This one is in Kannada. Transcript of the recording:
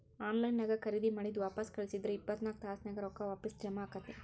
ಆನ್ ಲೈನ್ ನ್ಯಾಗ್ ಖರೇದಿ ಮಾಡಿದ್ ವಾಪಸ್ ಕಳ್ಸಿದ್ರ ಇಪ್ಪತ್ನಾಕ್ ತಾಸ್ನ್ಯಾಗ್ ರೊಕ್ಕಾ ವಾಪಸ್ ಜಾಮಾ ಆಕ್ಕೇತಿ